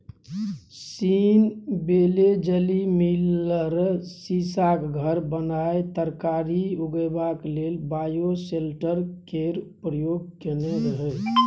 scene बेलेजली मिलर सीशाक घर बनाए तरकारी उगेबाक लेल बायोसेल्टर केर प्रयोग केने रहय